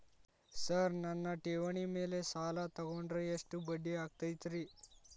Sir ನನ್ನ ಠೇವಣಿ ಮೇಲೆ ಸಾಲ ತಗೊಂಡ್ರೆ ಎಷ್ಟು ಬಡ್ಡಿ ಆಗತೈತ್ರಿ?